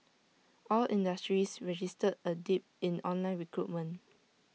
all industries registered A dip in online recruitment